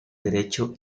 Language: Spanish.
derecho